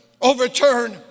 overturn